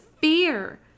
fear